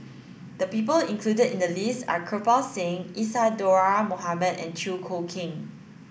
the people included in the list are Kirpal Singh Isadhora Mohamed and Chew Choo Keng